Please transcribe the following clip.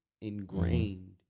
ingrained